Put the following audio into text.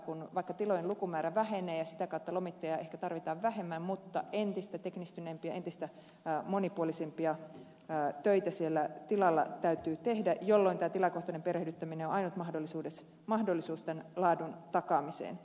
vaikka tilojen lukumäärä vähenee ja sitä kautta lomittajia ehkä tarvitaan vähemmän entistä teknistyneempiä entistä monipuolisempia töitä siellä tilalla täytyy tehdä jolloin tämä tilakohtainen perehdyttäminen on ainut mahdollisuus tämän laadun takaamiseen